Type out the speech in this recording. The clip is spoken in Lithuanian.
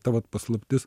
ta vat paslaptis